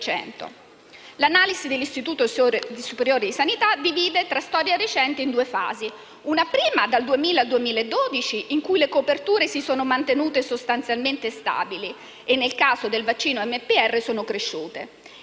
L'analisi dell'Istituto superiore di sanità divide la storia recente in due fasi: una prima, dal 2000 al 2012, in cui le coperture si sono mantenute sostanzialmente stabili e, nel caso del vaccino MPR, sono cresciute;